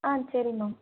ஆ சரி மேம்